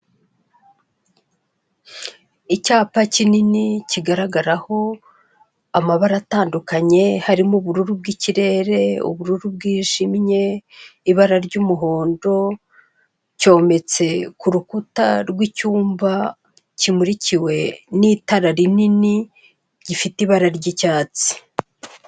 Icyapa kinini kigaragaraho amabara atandukanye harimo ubururu bw'ikirere, ubururu bwijimye, ibara ry'umuhondo. Cyometse ku rukuta rw'icyumba kimurikiwe n'itara rinini, gifite ibara ry'icyatsi.